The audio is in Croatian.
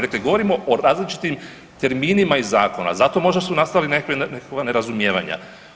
Dakle, govorimo o različitim terminima iz zakona, zato su možda nastala nekakva nerazumijevanja.